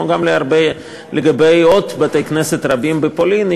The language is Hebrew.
כמו גם לגבי עוד בתי-כנסת רבים בפולין,